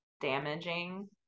damaging